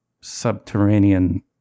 subterranean